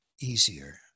easier